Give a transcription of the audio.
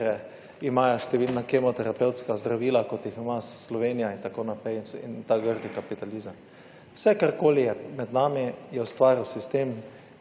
pacemaker, imajo številna kemoterapevtska zdravila kot jih ima Slovenija in tako naprej in ta grdi kapitalizem? Vse karkoli je med nami je ustvaril sistem,